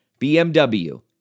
BMW